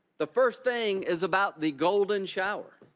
the first thing is about the golden shower.